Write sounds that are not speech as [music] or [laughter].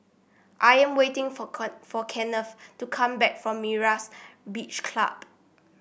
I am waiting for [unintelligible] for Kennth to come back from Myra's Beach Club